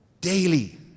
daily